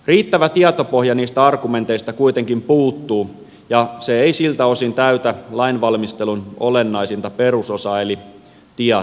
riittävä tietopohja niistä argumenteista kuitenkin puuttuu ja se ei siltä osin täytä lainvalmistelun olennaisinta perusosaa eli tietoa